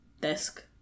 desk